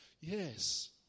Yes